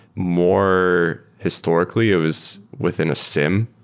more historically, it was within a siem,